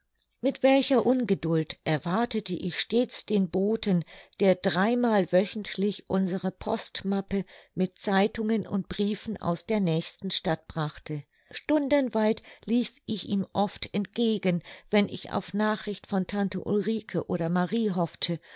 mit welcher ungeduld erwartete ich stets den boten der drei mal wöchentlich unsere postmappe mit zeitungen und briefen aus der nächsten stadt brachte stundenweit lief ich ihm oft entgegen wenn ich auf nachricht von tante ulrike oder marie hoffte